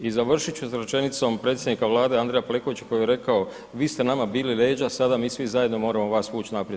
I završit ću s rečenicom predsjednika Vlade Andreja Plenkovića koji je rekao, vi ste nama bili leđa sada mi svi zajedno moramo vas vuć naprijed.